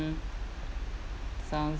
hmm sounds